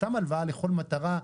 סתם הלוואה לכל מטרה,